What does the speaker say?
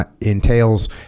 entails